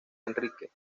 enrique